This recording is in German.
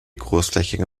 großflächige